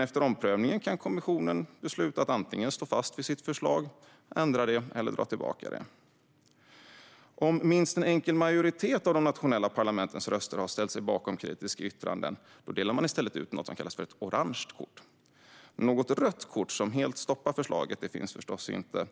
Efter omprövningen kan kommissionen besluta att stå fast vid sitt förslag, ändra det eller dra tillbaka det. Om minst en enkel majoritet av de nationella parlamentens röster har ställt sig bakom kritiska yttranden delas i stället ett orange kort ut. Något rött kort som helt stoppar förslaget finns förstås inte,